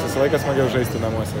visą laiką smagiau žaisti namuose